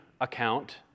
account